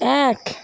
এক